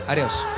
Adios